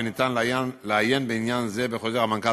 וניתן לעיין בעניין זה בחוזר המנכ"ל